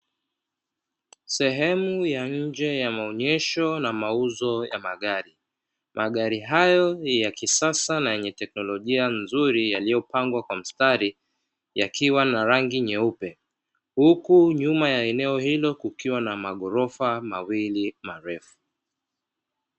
Sehemu ya nje ya maonyesho na mauzo ya magari. Magari hayo ya kisasa na yenye teknolojia nzuri yaliyopangwa kwa mstari; yakiwa na rangi nyeupe, huku nyuma ya eneo hilo kukiwa na maghorofa mawili marefu.